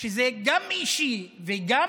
שזה גם אישי וגם